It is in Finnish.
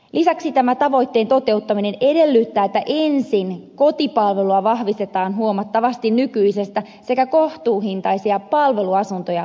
lisäksi tämän tavoitteen toteuttaminen edellyttää että ensin kotipalvelua vahvistetaan huomattavasti nykyisestä sekä kohtuuhintaisia palveluasuntoja lisätään